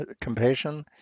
compassion